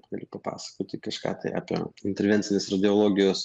galiu papasakoti kažką tai apie intervencinės radiologijos